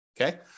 Okay